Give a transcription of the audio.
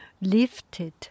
lifted